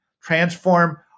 transform